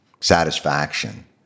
satisfaction